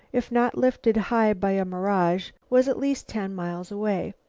if not lifted high by a mirage, was at least ten miles away.